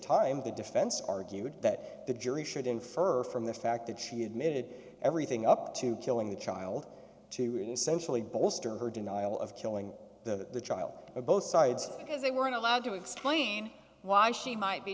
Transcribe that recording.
time the defense argued that the jury should infer from the fact that she admitted everything up to killing the child to an essentially bolster her denial of killing the child or both sides because they weren't allowed to explain why she might be